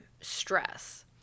stress